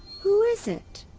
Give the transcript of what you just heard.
who is it?